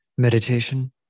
Meditation